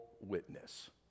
witness